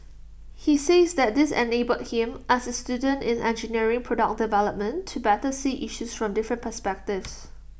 he says that this enabled him as A student in engineering product development to better see issues from different perspectives